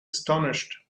astonished